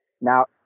Now